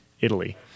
Italy